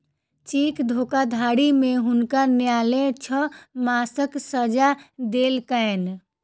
cheque धोखाधड़ी में हुनका न्यायलय छह मासक सजा देलकैन